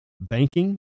banking